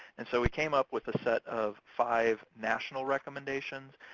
and so we came up with a set of five national recommendations,